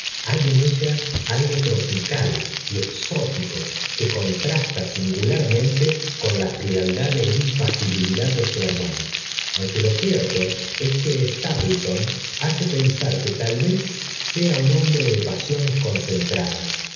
hay en ella algo tropical y exótico que contrasta singularmente con la frialdad é impasibilidad de su hermano aunque lo cierto es que stapleton hace pensar que tal vez sea un hombre de pasiones concentradas